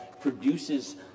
produces